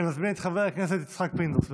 אני מזמין את חבר הכנסת יצחק פינדרוס.